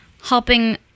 helping